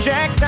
Jack